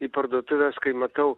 į parduotuves kai matau